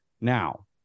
Now